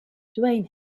dwayne